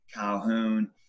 Calhoun